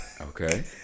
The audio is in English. Okay